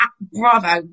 bravo